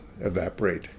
evaporate